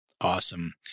Awesome